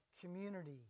community